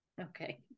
Okay